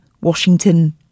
Washington